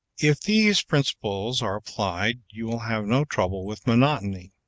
if these principles are applied you will have no trouble with monotony.